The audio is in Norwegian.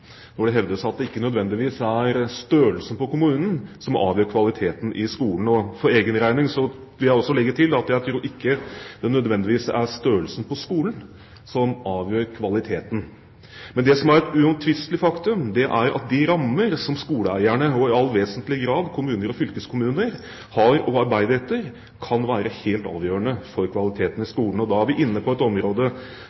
når det hevdes at det ikke nødvendigvis er størrelsen på kommunen som avgjør kvaliteten i skolen. For egen regning vil jeg også legge til at jeg tror ikke det nødvendigvis er størrelsen på skolen som avgjør kvaliteten. Men det som er et uomtvistelig faktum, er at de rammer som skoleeierne og i all vesentlig grad kommuner og fylkeskommuner har å arbeide etter, kan være helt avgjørende for kvaliteten i